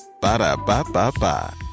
ba-da-ba-ba-ba